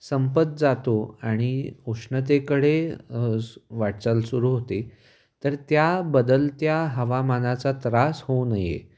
संपत जातो आणि उष्णतेकडे वाटचाल सुरू होते तर त्या बदलत्या हवामानाचा त्रास होऊ नये